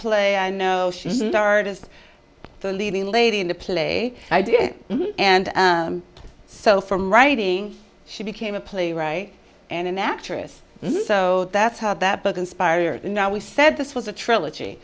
play i know she says artist the leading lady in the play i did and so from writing she became a playwright and an actress so that's how that book inspired now we said this was a trilogy